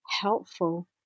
helpful